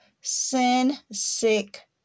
sin-sick